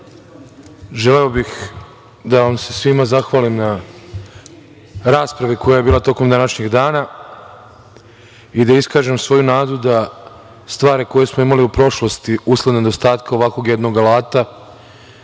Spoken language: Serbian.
želeo bih da vam se svima zahvalim na raspravi koja je bila tokom današnjeg dana i da iskažem svoju nadu da stvari koje smo imali u prošlosti, usled nedostatka ovakvog jednog alata,